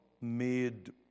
made